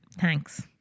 Thanks